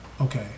okay